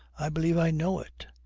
i believe i know it!